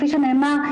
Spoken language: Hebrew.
כפי שנאמר,